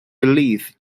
belief